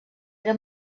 era